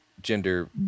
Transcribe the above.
Gender